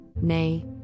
nay